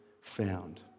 found